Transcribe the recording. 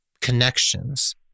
connections